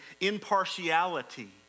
impartiality